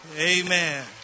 Amen